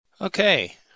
Okay